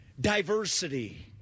diversity